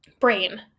brain